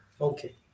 Okay